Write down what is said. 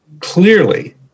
clearly